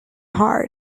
hard